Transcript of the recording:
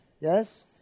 Yes